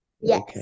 Yes